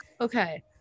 okay